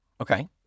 Okay